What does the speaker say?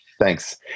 Thanks